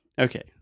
Okay